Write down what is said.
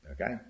Okay